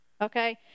okay